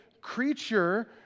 creature